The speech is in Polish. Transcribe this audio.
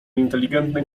inteligentny